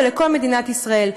ולכל מדינת ישראל.